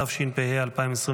התשפ"ה 2024,